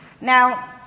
Now